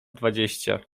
dwadzieścia